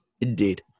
indeed